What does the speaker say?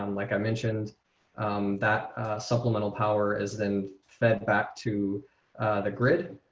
um like i mentioned that supplemental power as then fed back to the grid.